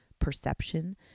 perception